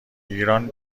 ایران